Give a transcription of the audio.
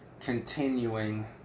continuing